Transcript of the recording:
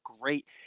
great –